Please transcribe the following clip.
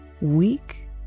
Weak